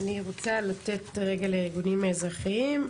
אני רוצה לתת לארגונים האזרחיים,